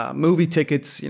ah movie tickets,